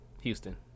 Houston